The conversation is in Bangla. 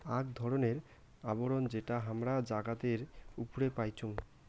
আক ধরণের আবরণ যেটা হামরা জাগাতের উপরে পাইচুং